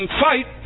fight